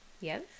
Yes